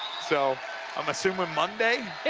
so i'm assuming monday?